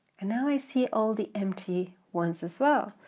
and now i see all the empty ones as well.